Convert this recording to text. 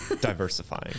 Diversifying